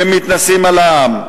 שהם מתנשאים על העם,